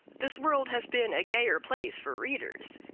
this world has been a gayer place for readers.